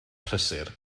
prysur